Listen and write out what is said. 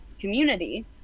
community